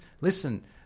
listen